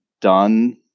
done